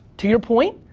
to your point,